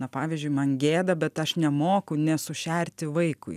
na pavyzdžiui man gėda bet aš nemoku nesušerti vaikui